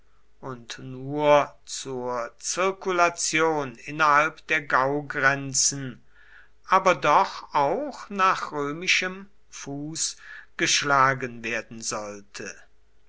und nur zur zirkulation innerhalb der gaugrenzen aber doch auch nach römischem fuß geschlagen werden sollte